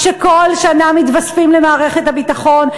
שכל שנה מתווספים למערכת הביטחון,